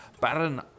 Baron